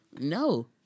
no